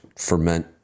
ferment